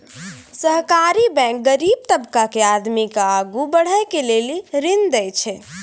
सहकारी बैंक गरीब तबका के आदमी के आगू बढ़ै के लेली ऋण देय छै